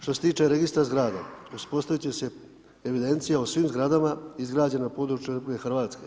Što se tiče registra zgrada, uspostaviti će se evidencija o svim zgradama izgrađenih na području RH.